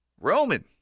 Roman